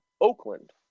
Oakland